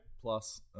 Plus